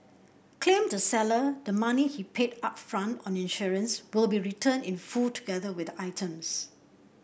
claimed the seller the money he paid upfront on insurance will be returned in full together with the items